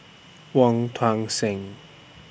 Wong Tuang Seng